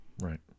Right